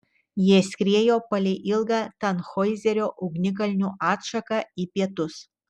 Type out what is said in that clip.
jie skriejo palei ilgą tanhoizerio ugnikalnių atšaką į pietus